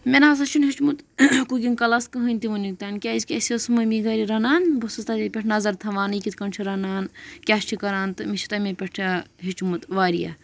مےٚ نَسا چھُنہٕ ہیٚچھمُت کُکِنٛگ کَلاس کٕہٕنۍ تہِ وٕنیُک تام کیٛازِکہِ أسۍ ٲس مٔمی گَرِ رَنان بہٕ ٲسٕس تَتے پٮ۪ٹھ نظر تھاوان یہِ کِتھ کٔنۍ چھِ رَنان کیٛاہ چھِ کَران تہٕ مےٚ چھُ تَمے پٮ۪ٹھ چا ہیٚچھمُت واریاہ